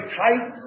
tight